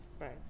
right